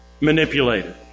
manipulated